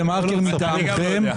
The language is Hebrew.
אני גם לא יודע.